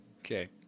Okay